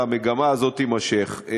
והמגמה הזאת תימשך.